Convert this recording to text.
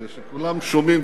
כשכולם שומעים ומקשיבים.